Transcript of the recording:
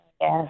Yes